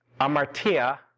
amartia